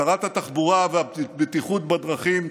שרת התחבורה והבטיחות בדרכים,